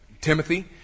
Timothy